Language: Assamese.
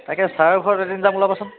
তাকে ছাৰৰ ঘৰত এদিন যাম ওলাবাচোন